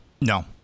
No